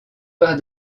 par